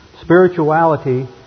Spirituality